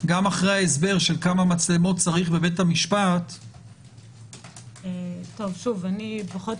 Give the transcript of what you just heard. אחרי ההסבר של כמה מצלמות צריך בבית המשפט- -- אני פחות